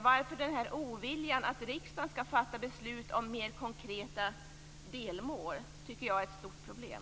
Varför denna ovilja med att riksdagen skall fatta beslut om mer konkreta delmål? Det tycker jag är ett stort problem.